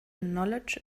knowledge